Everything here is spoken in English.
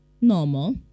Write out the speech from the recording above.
normal